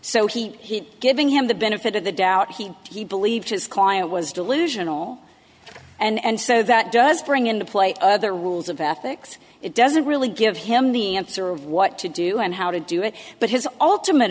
so he's giving him the benefit of the doubt he he believes his client was delusional and so that does bring into play other rules of ethics it doesn't really give him the answer of what to do and how to do it but his ultimate